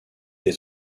est